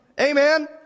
Amen